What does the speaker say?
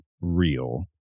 real